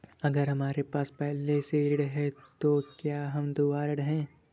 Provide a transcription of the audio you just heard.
अगर हमारे पास पहले से ऋण है तो क्या हम दोबारा ऋण हैं?